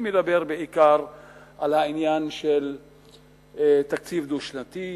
אני מדבר בעיקר על העניין של תקציב דו-שנתי,